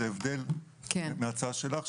זה שונה מן ההצעה של היושבת-ראש.